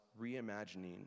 reimagining